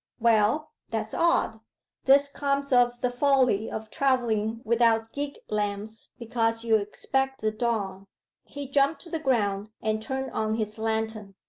well, that's odd this comes of the folly of travelling without gig-lamps because you expect the dawn he jumped to the ground and turned on his lantern.